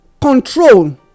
control